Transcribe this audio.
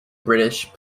british